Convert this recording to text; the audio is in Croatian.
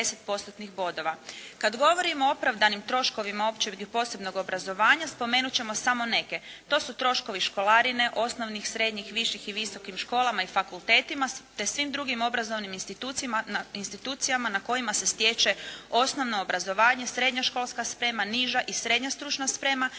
Kada govorimo o opravdanim troškovima općeg ili posebnog obrazovanja spomenuti ćemo samo neke. To su troškovi školarine osnovnih, srednjih, viših i visokim školama i fakultetima te svim drugim obrazovnim institucijama na kojima se stječe osnovno obrazovanje srednja školska sprema, niža i srednja stručna sprema,